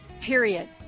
period